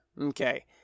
Okay